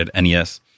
NES